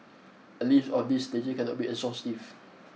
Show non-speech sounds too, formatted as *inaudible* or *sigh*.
a list of this *unintelligible* cannot be exhaustive